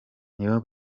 nibo